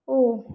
हो